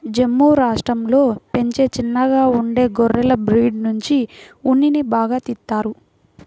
జమ్ము రాష్టంలో పెంచే చిన్నగా ఉండే గొర్రెల బ్రీడ్ నుంచి ఉన్నిని బాగా తీత్తారు